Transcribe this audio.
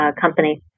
company